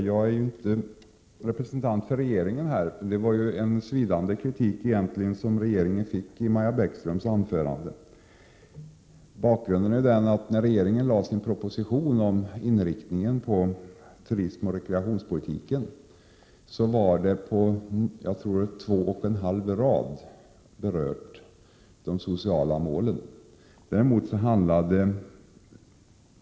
Herr talman! Jag är inte representant för regeringen här. Det var egentligen en svidande kritik som regeringen fick i Maja Bäckströms anförande. Bakgrunden är den att när regeringen lade fram sin proposition om inriktningen av turismoch rekreationspolitiken, berördes de sociala målen på två och en halv rad, tror jag det var.